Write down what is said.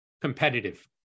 competitive